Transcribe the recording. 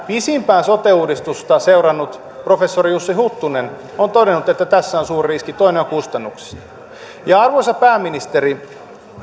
pisimpään sote uudistusta seurannut professori jussi huttunen on todennut että tässä on suuri riski toinen on kustannuksissa arvoisa pääministeri